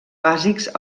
bàsics